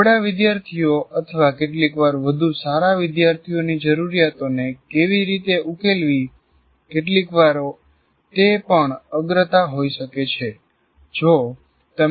નબળા વિદ્યાર્થીઓ અથવા કેટલીકવાર વધુ સારા વિદ્યાર્થીઓની જરૂરિયાતોને કેવી રીતે ઉકેલવી કેટલીકવાર તે પણ અગ્રતા હોઈ શકે છે